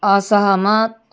असहमत